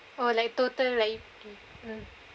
or like total like hmm